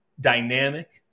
dynamic